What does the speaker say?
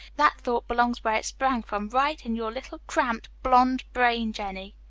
that thought belongs where it sprang from, right in your little cramped, blonde brain, jennie.